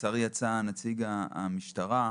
לצערי יצא נציג המשטרה.